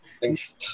Thanks